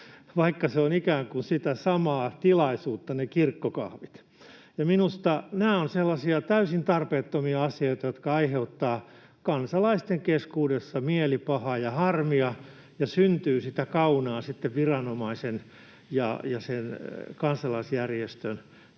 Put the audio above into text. ovat ikään kuin sitä samaa tilaisuutta. Minusta nämä ovat sellaisia täysin tarpeettomia asioita, jotka aiheuttavat kansalaisten keskuudessa mielipahaa ja harmia, ja syntyy sitä kaunaa sitten viranomaisen ja sen kansalaisjärjestön toiminnan